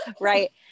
Right